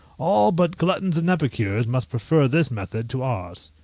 all but gluttons and epicures must prefer this method to ours.